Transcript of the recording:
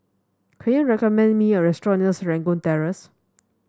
can you recommend me a restaurant near Serangoon Terrace